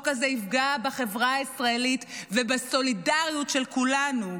החוק הזה יפגע בחברה הישראלית ובסולידריות של כולנו,